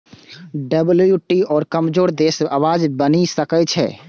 WTO कमजोर देशक आवाज बनि सकै छै